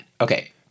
okay